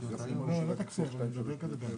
אותו תקציב.